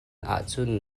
ahcun